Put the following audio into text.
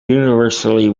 universally